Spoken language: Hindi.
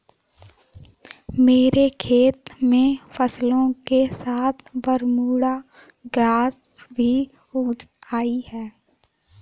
मेरे खेत में फसलों के साथ बरमूडा ग्रास भी उग आई हैं